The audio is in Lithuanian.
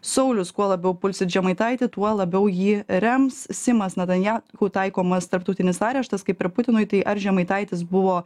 saulius kuo labiau pulsit žemaitaitį tuo labiau jį rems simas netanja hu taikomas tarptautinis areštas kaip ir putinui tai ar žemaitaitis buvo